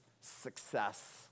success